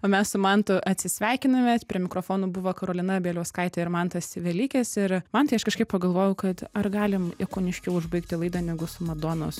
o mes su mantu atsisveikinamės prie mikrofonų buvo karolina bieliauskaitė ir mantas velykis ir mantai aš kažkaip pagalvojau kad ar galim ikoniškiau užbaigti laidą negu su madonos